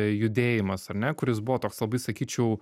judėjimas ar ne kuris buvo toks labai sakyčiau